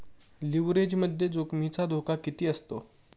लिव्हरेजमध्ये जोखमीचा धोका किती असतो?